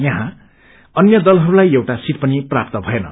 याहाँ अन्य दलहरूलाई एउटा सिट पनि प्राप्त भएन